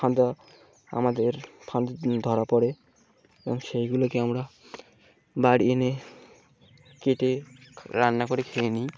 ফাঁদা আমাদের ফান্দা ধরা পড়ে এবং সেইগুলোকে আমরা বাড়ি এনে কেটে রান্না করে খেয়ে নিই